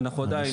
א',